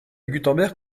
gutenberg